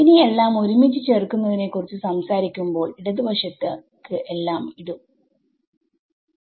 ഇനി എല്ലാം ഒരുമിച്ചു ചേർക്കുന്നതിനെ കുറിച്ച് സംസാരിക്കുമ്പോൾ ഇടത് വശത്തേക്ക് എല്ലാം ഇടും